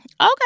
okay